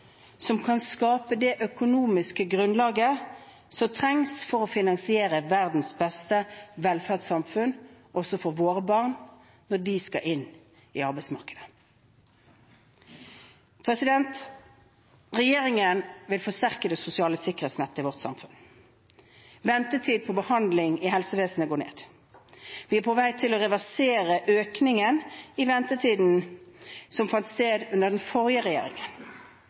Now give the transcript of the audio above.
som kan skape det økonomiske grunnlaget som trengs for å finansiere verdens beste velferdssamfunn også for våre barn når de skal inn i arbeidsmarkedet. Regjeringen vil forsterke det sosiale sikkerhetsnettet i vårt samfunn. Ventetiden på behandling i helsevesenet går ned. Vi er på vei til å reversere økningen i ventetiden som fant sted under den forrige regjeringen.